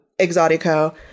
exotico